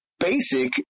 Basic